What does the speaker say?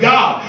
God